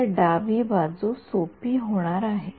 तर डावी बाजू सोपी होणार आहे